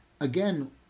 again